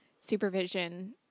supervision